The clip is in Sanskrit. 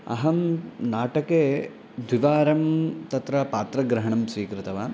अहं नाटके द्विवारं तत्र पात्रग्रहणं स्वीकृतवान्